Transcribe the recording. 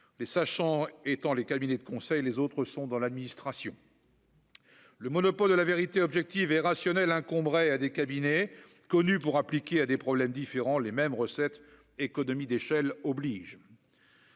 les sachant étant les cabinets de conseil et les autres sont dans l'administration. Le monopole de la vérité objective et rationnelle incomberait à des cabinets connu pour appliquer à des problèmes différents les mêmes recettes : économies d'échelle oblige.